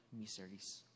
miseries